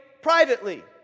privately